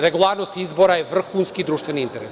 Regularnost izbora je vrhunski društveni interes.